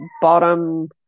bottom